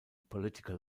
political